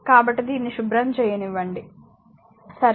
కాబట్టి దీన్ని శుభ్రం చేయనివ్వండి సరే